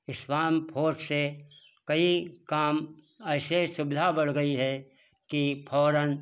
smart phone से कई काम ऐसे सुविधा बढ़ गई है कि फ़ौरन